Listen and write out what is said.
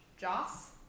Joss